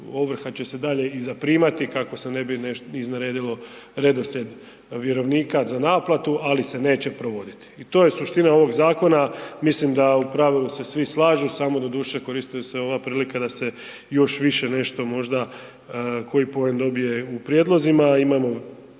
ovrha će se i dalje zaprimati kako se ne bi nešto izneredilo redoslijed vjerovnika za naplatu, ali se neće provoditi i to je suština ovog zakona. Mislim da u pravilu se svi slažu samo doduše koristi se ova prilika da se još više nešto možda koji poen dobije u prijedlozima,